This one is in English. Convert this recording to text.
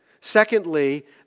Secondly